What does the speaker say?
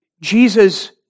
Jesus